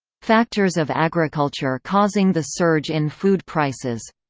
factors of agriculture causing the surge in food prices